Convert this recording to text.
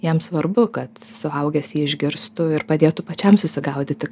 jam svarbu kad suaugęs jį išgirstų ir padėtų pačiam susigaudyti